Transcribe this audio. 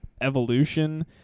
evolution